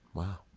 wow.